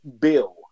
Bill